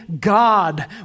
God